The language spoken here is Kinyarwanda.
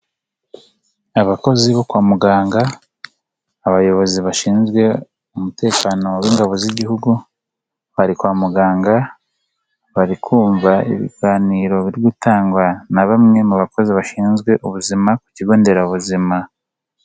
Abakozi bo kwa muganga, abayobozi bashinzwe umutekano w'ingabo z'Igihugu bari kwa muganga, bari kumva ibiganiro biri gutangwa na bamwe mu bakozi bashinzwe ubuzima ku kigo nderabuzima.